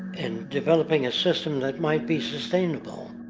and developing a system that might be sustainable,